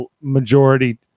majority